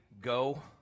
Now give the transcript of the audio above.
go